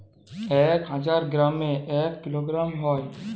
এক হাজার গ্রামে এক কিলোগ্রাম হয়